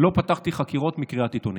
לא פתחתי חקירות מקריאת עיתונים,